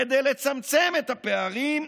כדי לצמצם את הפערים,